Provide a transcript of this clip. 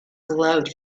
glowed